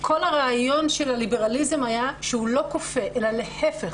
כל הרעיון של הליברליזם היה שהוא לא כופה אלא להיפך,